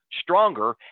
stronger